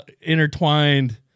intertwined